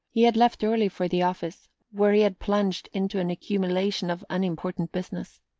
he had left early for the office, where he had plunged into an accumulation of unimportant business.